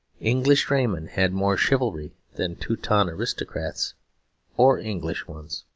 english draymen had more chivalry than teuton aristocrats or english ones.